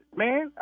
man